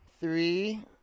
three